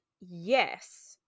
yes